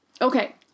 okay